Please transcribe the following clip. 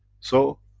so,